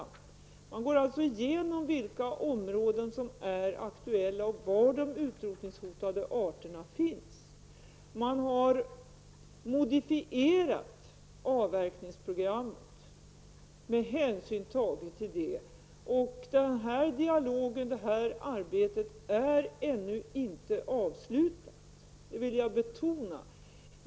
Man går alltså igenom vilka områden som är aktuella och var de utrotningshotade arterna finns. Man har modifierat avverkningsprogrammet med hänsyn till detta. Detta arbete är ännu inte avslutat, det vill jag betona.